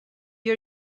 you